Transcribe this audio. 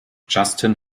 justin